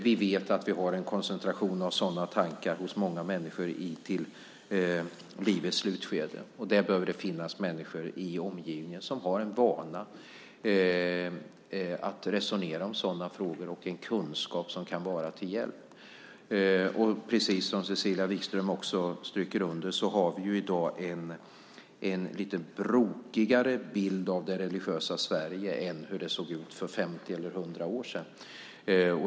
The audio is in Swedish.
Vi vet att vi har en koncentration av sådana tankar hos många människor i livets slutskede, och där behöver det finnas människor i omgivningen som har en vana vid att resonera om sådana frågor och en kunskap som kan vara till hjälp. Precis som Cecilia Wikström också stryker under har vi i dag en lite brokigare bild av det religiösa Sverige än för 50 eller 100 år sedan.